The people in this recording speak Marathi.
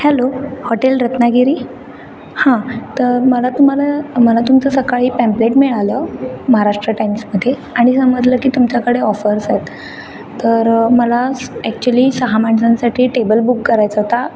हॅलो हॉटेल रत्नागिरी हां तर मला तुम्हाला मला तुमचं सकाळी पॅम्प्लेट मिळालं महाराष्ट्र टाईम्समध्ये आणि समजलं की तुमच्याकडे ऑफर्स आहेत तर मला ॲक्च्युली सहा माणसांसाठी टेबल बुक करायचा होता